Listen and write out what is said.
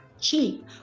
cheap